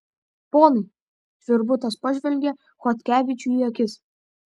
ponai tvirbutas pažvelgia chodkevičiui į akis